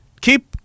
keep